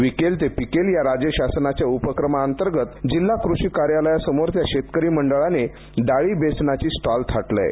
विकेल ते पिकेल या राज्य शासनाच्या उपक्रमांतर्गत जिल्हा कृषी कार्यालयासमोर त्या शेतकरी मंडळाने डाळी बेसनाची स्टॉल थाटलंय